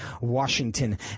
Washington